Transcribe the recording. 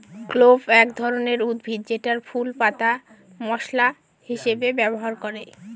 clove এক ধরনের উদ্ভিদ যেটার ফুল, পাতা মশলা হিসেবে ব্যবহার করে